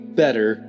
better